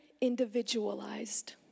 individualized